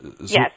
Yes